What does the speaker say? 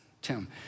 Tim